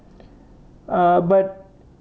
ah but